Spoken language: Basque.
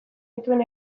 dituen